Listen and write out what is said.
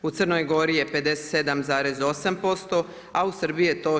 U Crnoj Gori je 57,8% a u Srbiji je to 47%